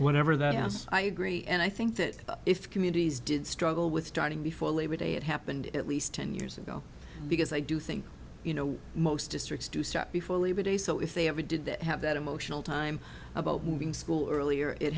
whenever that yes i agree and i think that if communities did struggle with starting before labor day it happened at least ten years ago because i do think you know most districts do start before labor day so if they ever did that have that emotional time about moving school earlier it